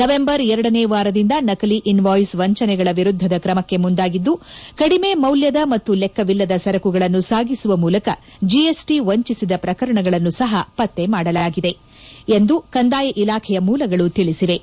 November ಎರಡನೇ ವಾರದಿಂದ ನಕಲಿ ಇನ್ವಾಯ್ಸ್ ವಂಚನೆಗಳ ವಿರುದ್ದದ ಕ್ರಮಕ್ಕೆ ಮುಂದಾಗಿದ್ದು ಕಡಿಮೆ ಮೌಲ್ಯದ ಮತ್ತು ಲೆಕ್ಕವಿಲ್ಲದ ಸರಕುಗಳನ್ನು ಸಾಗಿಸುವ ಮೂಲಕ ಜಿಎಸ್ಟಿ ವಂಚಿಸಿದ ಪ್ರಕರಣಗಳನ್ನು ಸಹ ಪತ್ತೆ ಮಾಡಲಾಗಿದೆ ಎಂದು ಕಂದಾಯ ಇಲಾಖೆಯ ಮೂಲಗಳು ತಿಳಿಸಿವೆ